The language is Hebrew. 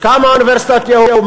כמה אוניברסיטאות יהיו.